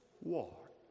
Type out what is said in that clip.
walk